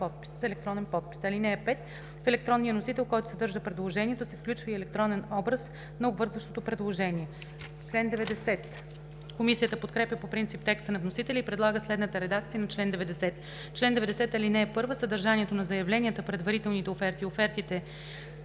(5) В електронния носител, който съдържа предложението, се включва и електронен образ на обвързващото предложение.“ Комисията подкрепя по принцип текста на вносителя и предлага следната редакция на чл. 90: „Чл. 90. (1) Съдържанието на заявленията, предварителните оферти и офертите